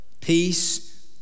peace